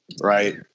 right